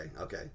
okay